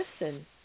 listen